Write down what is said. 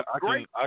great